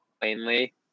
plainly